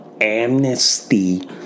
amnesty